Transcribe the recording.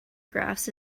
graphs